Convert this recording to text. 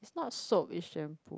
it's not soap it's shampoo